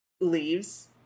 leaves